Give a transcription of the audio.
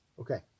Okay